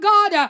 God